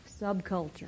subculture